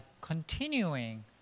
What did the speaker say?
continuing